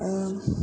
आं